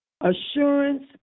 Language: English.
Assurance